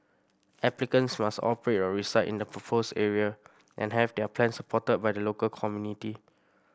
applicants must operate or reside in the proposed area and have their plans supported by the local community